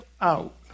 out